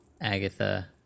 Agatha